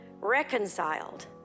Reconciled